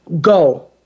go